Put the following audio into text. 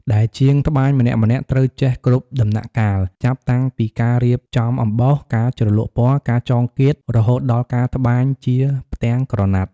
ដែលជាងត្បាញម្នាក់ៗត្រូវចេះគ្រប់ដំណាក់កាល ចាប់តាំងពីការរៀបចំអំបោះ ការជ្រលក់ពណ៌ ការចងគាត រហូតដល់ការត្បាញជាផ្ទាំងក្រណាត់។